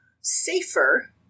safer